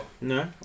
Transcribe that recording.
No